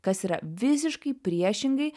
kas yra visiškai priešingai